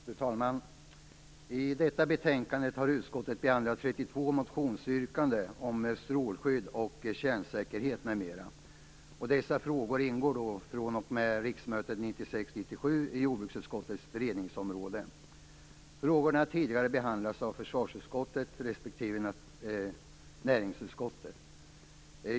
Fru talman! I detta betänkande har utskottet behandlat 32 motionsyrkanden om strålskydd och kärnsäkerhet m.m. Dessa frågor ingår fr.o.m. riksmötet Frågorna har tidigare behandlats av försvarsutskottet respektive näringsutskottet.